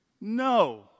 No